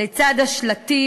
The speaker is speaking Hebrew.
לצד השלטים,